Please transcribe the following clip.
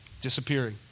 disappearing